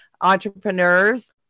entrepreneurs